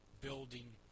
building